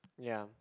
ya